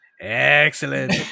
excellent